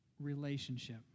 Relationship